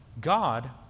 God